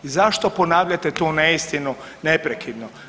I zašto ponavljate tu neistinu neprekidno?